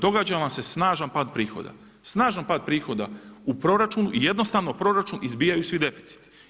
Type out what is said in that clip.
Događa vam se snažan pad prihoda, snažan pad prihoda u proračunu i jednostavno u proračun izbijaju svi deficiti.